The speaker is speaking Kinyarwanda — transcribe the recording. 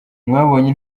mwabonye